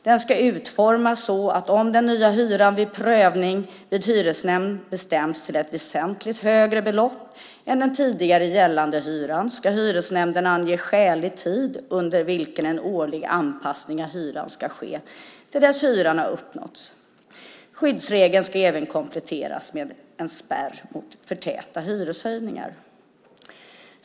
Den ska utformas så att om den nya hyran vid prövning vid hyresnämnd bestämts till ett väsentligt högre belopp än den tidigare gällande hyran ska hyresnämnden ange skälig tid under vilken en årlig anpassning av hyran ska ske till dess att hyran har uppnåtts. Skyddsregeln ska även kompletteras med en spärr mot för täta hyreshöjningar.